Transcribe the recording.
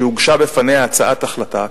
שהוגשה בפניה הצעת החלטה,